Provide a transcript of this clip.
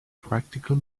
practical